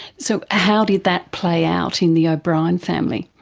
so how did that play out in the o'brien family?